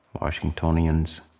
Washingtonians